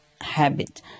habit